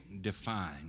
define